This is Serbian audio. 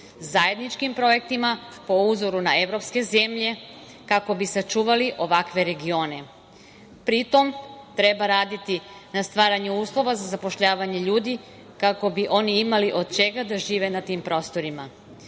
zajedničkim projektima po uzoru na evropske zemlje kako bi sačuvali ovakve regione. Pri tome treba raditi na stvaranju uslova za zapošljavanje ljudi kako bi oni imali od čega da žive na tim prostorima.